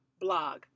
blog